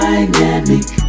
Dynamic